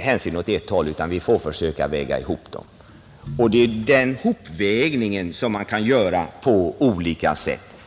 hänsyn åt ett håll, utan vi får försöka väga ihop hänsynstagandena. Den hopvägningen kan göras på olika sätt.